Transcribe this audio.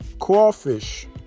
crawfish